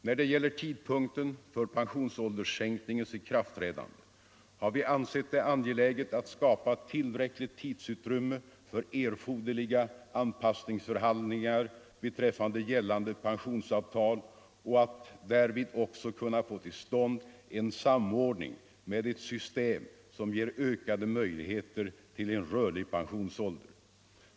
När det gäller tidpunkten för pensionsålderssänkningens ikraftträdande har vi ansett det angeläget att skapa tillräckligt tidsutrymme för erforderliga anpassningsförhandlingar beträffande gällande pensionsavtal och att därvid också kunna få till stånd en samordning med ett system som ger ökade möjligheter till en rörlig pensionsålder.